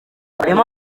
harimo